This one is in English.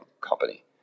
company